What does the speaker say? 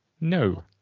No